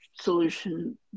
solution